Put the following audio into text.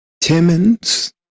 Timmons